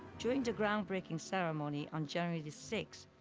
during the groundbreaking ceremony on january the sixth,